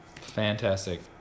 Fantastic